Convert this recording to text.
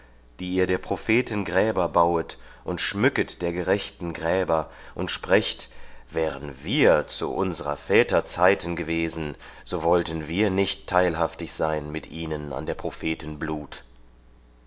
die ihr der propheten gräber bauet und schmücket der gerechten gräber und sprecht wären wir zu unsrer väter zeiten gewesen so wollten wir nicht teilhaftig sein mit ihnen an der propheten blut